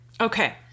Okay